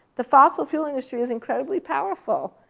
the fossil fuel industry is incredibly powerful.